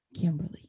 kimberly